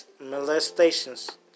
molestations